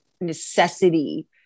necessity